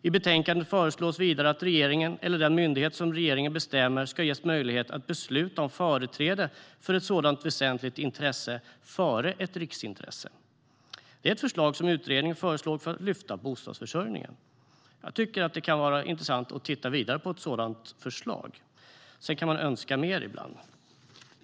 I betänkandet föreslås vidare att regeringen eller den myndighet regeringen bestämmer ska ges möjlighet att besluta om företräde för ett sådant väsentligt intresse före ett riksintresse. Det är ett förslag från utredningen för att öka bostadsförsörjningen. Det kan vara intressant att titta vidare på ett sådant förslag. Sedan kan man ibland önska mer.